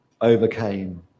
overcame